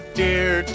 dear